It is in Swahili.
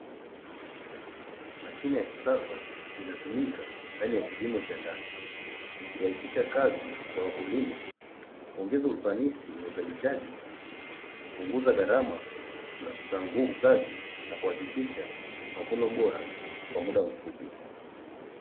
Mashine ya kisasa inatumika ndani ya kilimo cha ndani ikirahisisha kazi za wakulima kuongeza ufanisi wa wakulima na kupunguza gharama za nguvu kazi na kuhakikisha mavuno bora kwa muda mfupi.